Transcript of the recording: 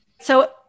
So-